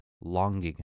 longing